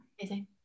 Amazing